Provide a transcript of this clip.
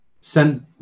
sent